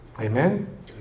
Amen